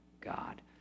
God